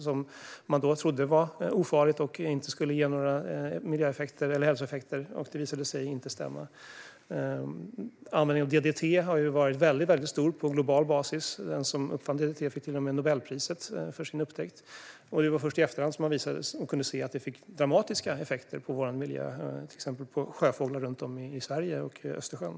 Man trodde att det var ofarligt och att det inte skulle leda till några negativa miljö eller hälsoeffekter. Det visade sig inte stämma. Användningen av DDT har varit väldigt stor på global basis. Den som uppfann DDT fick till och med Nobelpriset för sin upptäckt. Det var först i efterhand som man kunde se att det fick dramatiska effekter på vår miljö, till exempel för sjöfåglar runt om i Sverige och i Östersjön.